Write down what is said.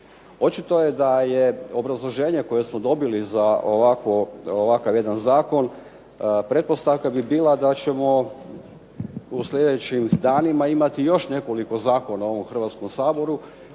Očito je da je obrazloženje koje smo dobili za ovakav jedan zakon, pretpostavka bi bila da ćemo u sljedećim danima imati još nekoliko zakona u ovom Hrvatskom saboru